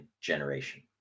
generation